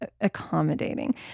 Accommodating